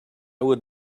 would